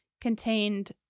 contained